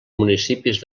municipis